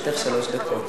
לרשותך שלוש דקות.